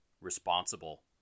responsible